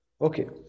Okay